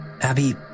Abby